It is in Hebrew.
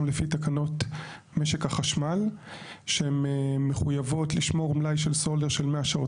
גם לפי תקנות משק החשמל שהן מחויבות לשמור מלאי של סולר של 100 שעות.